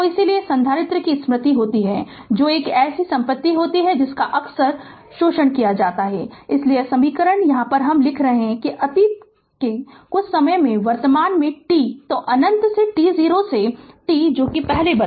तो इसलिए संधारित्र में स्मृति होती है जो एक ऐसी संपत्ति होती है जिसका अक्सर शोषण किया जाता है इसलिए ये समीकरण लिख रहे हैं कि अतीत से कुछ समय में वर्तमान में t तो अनंत से t0 से t जो पहले बताया था